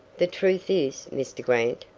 the truth is, mr. grant,